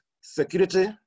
security